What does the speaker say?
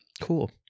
Cool